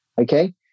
Okay